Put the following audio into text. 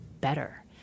better